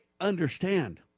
understand